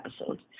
episodes